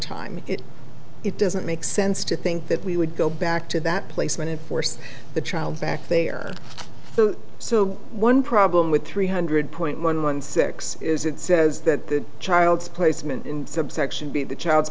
time it doesn't make sense to think that we would go back to that placement and force the child back there so one problem with three hundred point one one six is it says that the child's placement in subsection b the child's